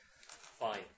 Fine